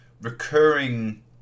recurring